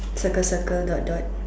circle circle do do